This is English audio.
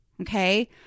Okay